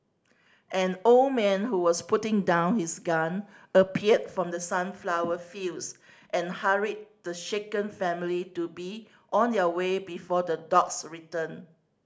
an old man who was putting down his gun appeared from the sunflower fields and hurried the shaken family to be on their way before the dogs return